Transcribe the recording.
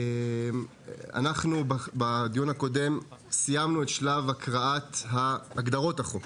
אנחנו סיימנו את שלב הקראת הגדרות החוק.